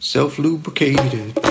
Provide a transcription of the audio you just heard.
Self-lubricated